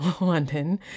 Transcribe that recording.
London